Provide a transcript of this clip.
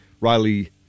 Riley